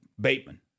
Bateman